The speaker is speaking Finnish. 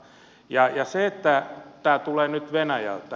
ja se että tämä tulee nyt venäjältä